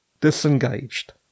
disengaged